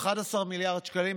11 מיליארד שקלים,